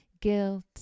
guilt